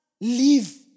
live